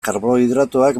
karbohidratoak